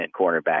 cornerback